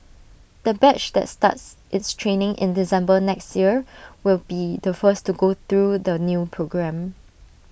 the batch that starts its training in December next year will be the first to go through the new programme